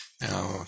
now